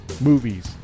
movies